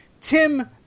Tim